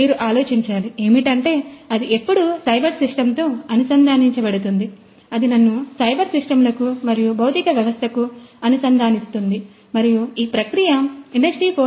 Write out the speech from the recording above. మీరు ఆలోచించాలి ఏమిటంటే అది ఎప్పుడు సైబర్ సిస్టమ్తో అనుసంధానించడుతుంది అది నన్ను సైబర్ సిస్టమ్లకు మరియు భౌతిక వ్యవస్థకు అనుసంధానిస్తుంది మరియు ఈ ప్రక్రియ ఇండస్ట్రీ 4